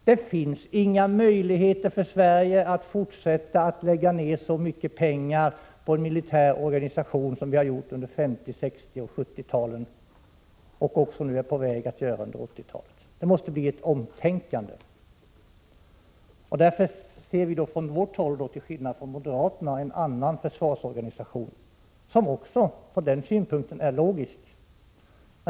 Det finns inga möjligheter för Sverige att fortsätta att lägga ner så mycket pengar på en militär organisation som vi har gjort under 50-, 60 och 70-talen och är på väg att göra även under 80-talet. Det måste bli ett omtänkande. Därför anser vi på vårt håll, till skillnad från moderaterna, att det behövs en annan försvårsorganisation, något som är logiskt.